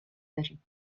داریم